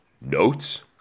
Notes